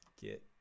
Get